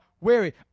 weary